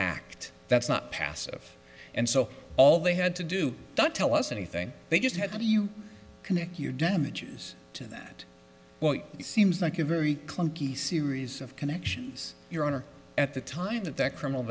act that's not passive and so all they had to do that tell us anything they just had to do you connect your damages to that what seems like a very clunky series of connections your honor at the time that that criminal